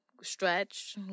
Stretch